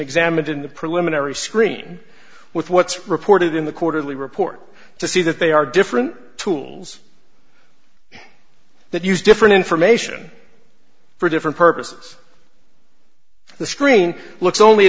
examined in the preliminary screen with what's reported in the quarterly report to see that they are different tools that use different information for different purposes the screen looks only